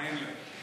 מה אין להם.